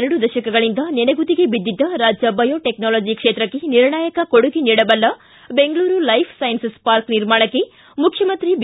ಎರಡು ದಶಕಗಳಂದ ನೆನಗುದಿಗೆ ಬಿದಿದ್ದ ರಾಜ್ಯ ಬಯೋಟೆಕ್ನಾಲಾಜಿ ಕ್ಷೇತ್ರಕ್ಕೆ ನಿರ್ಣಾಯಕ ಕೊಡುಗೆ ನೀಡಬಲ್ಲ ಬೆಂಗಳೂರು ಲೈಫ್ ಸೈನ್ಸಸ್ ಪಾರ್ಕ್ ನಿರ್ಮಾಣಕ್ಕೆ ಮುಖ್ಯಮಂತ್ರಿ ಬಿ